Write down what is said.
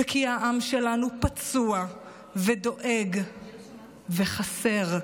וכי העם שלנו פצוע ודואג, וחסר,